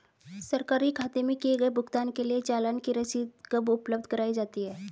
सरकारी खाते में किए गए भुगतान के लिए चालान की रसीद कब उपलब्ध कराईं जाती हैं?